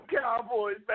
Cowboys